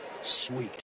sweet